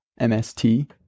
MST